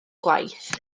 gwaith